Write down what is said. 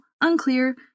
unclear